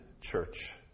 Church